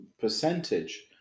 percentage